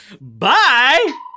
Bye